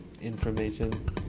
information